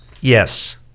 Yes